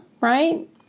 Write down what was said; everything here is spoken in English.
Right